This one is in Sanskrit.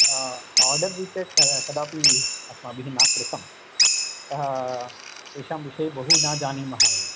आर्डर्रित्या कदापि अस्माभिः न कृतम् अतः तेषां विषये बहु न जानीमः य